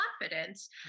confidence